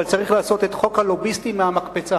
אבל צריך לעשות את חוק הלוביסטים מהמקפצה.